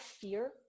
fear